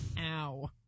Ow